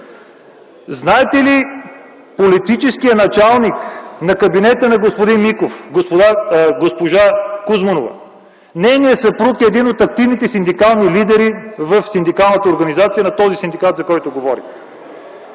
Знаете ли политическият началник на кабинета на господин Миков – госпожа Кузманова, нейният съпруг е един от активните синдикални лидери в синдикалната организация на този синдикат, за който говорите.